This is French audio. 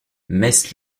mess